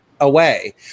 away